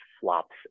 flops